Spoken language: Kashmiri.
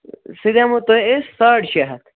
سُہ دِمو تۄہہِ أسۍ ساڑ شےٚ ہَتھ